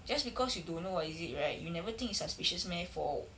just because you don't know what is it right you never think it's suspicious meh for